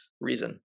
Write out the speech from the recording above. reason